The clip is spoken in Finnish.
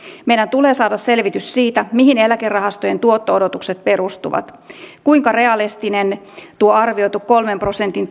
meidän tulee saada selvitys siitä mihin eläkerahastojen tuotto odotukset perustuvat kuinka realistinen tuo arvioitu kolmen prosentin